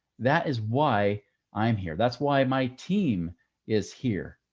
that is why i'm here. that's why my team is here.